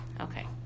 Okay